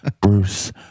Bruce